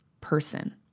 person